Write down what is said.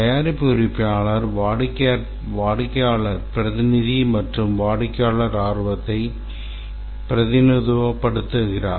தயாரிப்பு உரிமையாளர் வாடிக்கையாளர் பிரதிநிதி மற்றும் வாடிக்கையாளர் ஆர்வத்தை பிரதிநிதித்துவப்படுத்துகிறார்